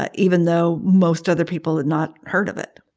ah even though most other people had not heard of it